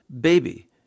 baby